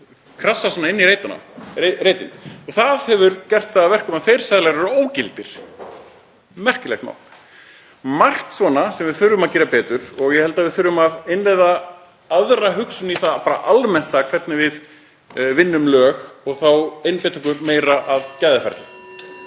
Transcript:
krassa í reitinn og það hefur gert það að verkum að þeir seðlar eru ógildir. Merkilegt mál. Margt svona sem við þurfum að gera betur og ég held að við þurfum að innleiða aðra hugsun í það bara almennt hvernig við vinnum lög og þá einbeita okkur meira að gæðaferli.